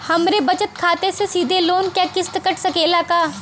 हमरे बचत खाते से सीधे लोन क किस्त कट सकेला का?